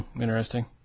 Interesting